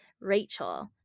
Rachel